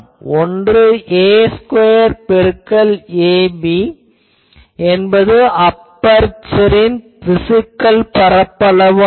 ஒன்று a square பெருக்கல் ab என்பது அபெர்சரின் பிசிகல் பரப்பளவு ஆகும்